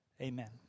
Amen